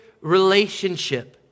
relationship